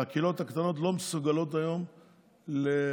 הקהילות הקטנות לא מסוגלות היום בשום